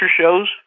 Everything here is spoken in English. shows